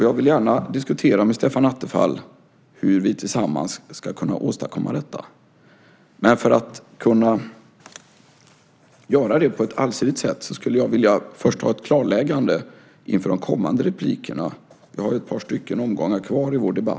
Jag vill gärna diskutera med Stefan Attefall hur vi tillsammans ska kunna åstadkomma detta. Men för att kunna göra det på ett allsidigt sätt skulle jag först vilja ha ett klarläggande inför de kommande inläggen. Vi har ett par stycken omgångar kvar i vår debatt.